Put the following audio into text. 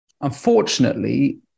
unfortunately